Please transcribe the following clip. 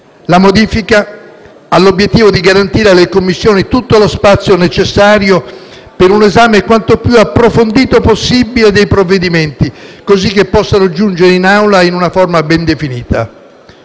La modifica ha l'obiettivo di garantire alle Commissioni tutto lo spazio necessario per un esame quanto più approfondito possibile dei provvedimenti, così che possano giungere in Assemblea in una forma ben definita.